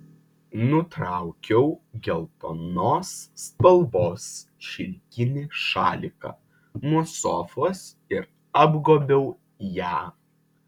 nutraukiau geltonos spalvos šilkinį šaliką nuo sofos ir apgobiau ją